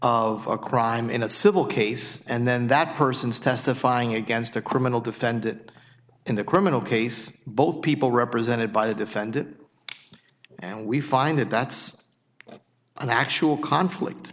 of a crime in a civil case and then that person is testifying against a criminal defendant in the criminal case both people represented by the defendant and we find that that's an actual conflict